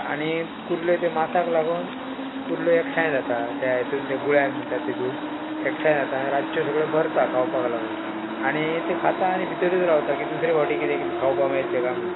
आनी कुर्ल्यो तें मासाक लागून कुर्ल्यो एकठांय जाता त्या हितून त्या गुळ्यान म्हणटा तितून एकठांय जाता आनी रातच्यो सगळ्यो भरता खावपाक लागून आणी तें खाता आनी भितरूच रावता की दुसरे फावटी किदें खावपाक मेळटले काय म्हणून